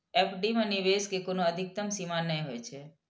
FD मे निवेश के कोनो अधिकतम सीमा नै होइ छै